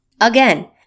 Again